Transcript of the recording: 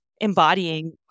embodying